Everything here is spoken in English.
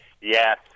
yes